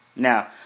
Now